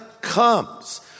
comes